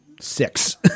six